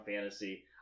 fantasy